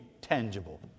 tangible